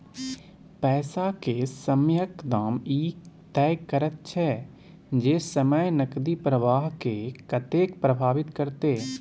पैसा के समयक दाम ई तय करैत छै जे समय नकदी प्रवाह के कतेक प्रभावित करते